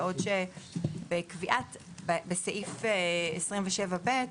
בעוד שבסעיף 27(ב)